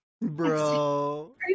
Bro